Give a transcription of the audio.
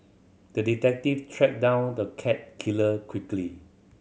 the detective tracked down the cat killer quickly